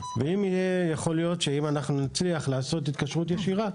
ויכול להיות שאם נצליח לעשות התקשרות ישירה,